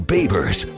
Babers